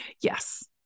yes